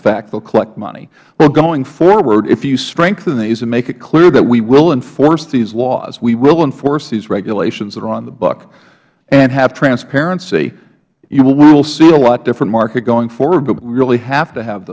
will collect money well going forward if you strengthen these and make it clear that we will enforce these laws we will enforce these regulations that are on the books and have transparency we will see a lot different market going forward but we really have to have